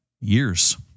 years